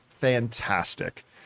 fantastic